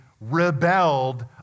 rebelled